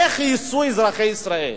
איך ייסעו אזרחי ישראל?